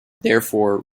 therefore